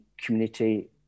community